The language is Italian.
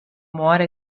muore